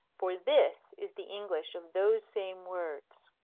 for this is the english of those same words